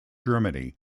germany